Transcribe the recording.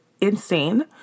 insane